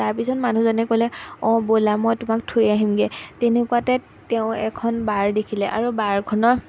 তাৰপিছত মানুহজনে ক'লে অঁ ব'লা মই তোমাক থৈ আহিমগৈ তেনেকুৱাতে তেওঁ এখন বাৰ দেখিলে আৰু বাৰখনৰ